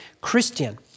Christian